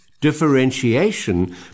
differentiation